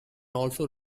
also